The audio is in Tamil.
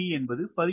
LD என்பது 13